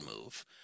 move